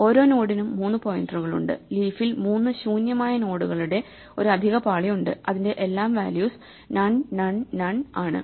ഓരോ നോഡിനും മൂന്ന് പോയിന്ററുകളുണ്ട് ലീഫിൽ മൂന്ന് ശൂന്യമായ നോഡുകളുടെ ഒരു അധിക പാളി ഉണ്ട് അതിന്റെ എല്ലാം വാല്യൂസ് നൺ നൺ നൺ ആണ്